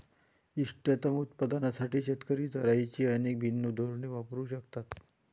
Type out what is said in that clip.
इष्टतम उत्पादनासाठी शेतकरी चराईची अनेक भिन्न धोरणे वापरू शकतात